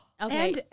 Okay